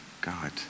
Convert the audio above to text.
God